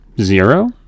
Zero